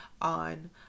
on